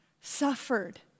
suffered